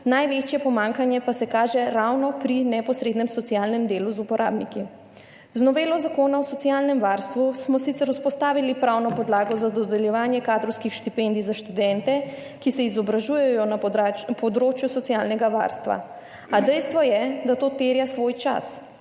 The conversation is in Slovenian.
največje pomanjkanje pa se kaže ravno pri neposrednem socialnem delu z uporabniki. Z novelo Zakona o socialnem varstvu smo sicer vzpostavili pravno podlago za dodeljevanje kadrovskih štipendij za študente, ki se izobražujejo na področju socialnega varstva. A dejstvo je, da to terja svoj čas,